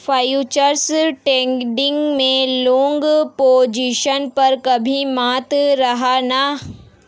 futures trading में long position पर कभी मत रहना